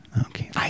Okay